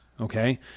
Okay